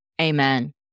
Amen